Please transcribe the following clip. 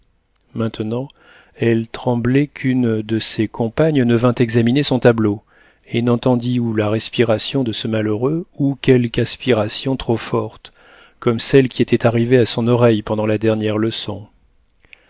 maintenant elle tremblait qu'une de ses compagnes ne vînt examiner son tableau et n'entendît ou la respiration de ce malheureux ou quelque aspiration trop forte comme celle qui était arrivée à son oreille pendant la dernière leçon